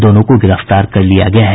दोनों को गिरफ्तार कर लिया गया है